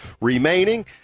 remaining